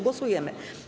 Głosujemy.